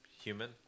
human